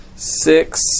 Six